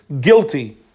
guilty